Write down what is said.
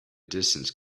distance